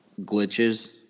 glitches